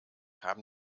haben